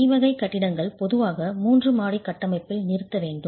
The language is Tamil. E வகை கட்டிடங்கள் பொதுவாக 3 மாடி கட்டமைப்பில் நிறுத்த வேண்டும்